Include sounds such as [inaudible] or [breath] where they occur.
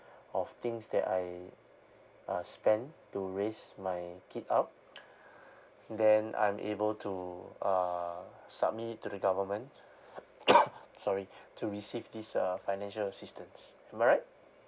of things that I uh spend to raise my kid up [breath] then I'm able to uh submit it to the government [coughs] sorry to receive this uh financial assistance am I right